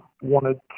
wanted